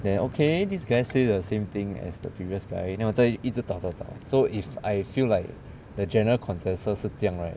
then okay this guy say the same thing as the previous guy then 我在一直找找找 so if I feel like the general consensus 是这样 right